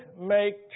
make